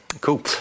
Cool